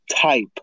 type